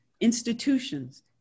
institutions